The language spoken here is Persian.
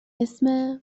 اسم